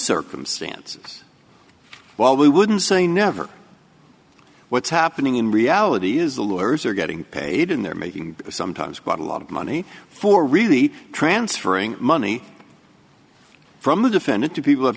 circumstances while we wouldn't say never what's happening in reality is the lawyers are getting paid and they're making sometimes quite a lot of money for really transferring money from a defendant to people have